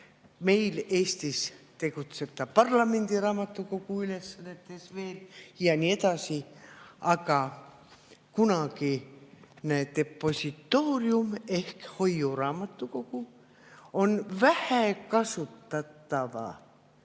Meil Eestis tegutseb ta veel parlamendiraamatukogu ülesannetes ja nii edasi. Aga kunagine depositoorium ehk hoiuraamatukogu on vähe kasutatava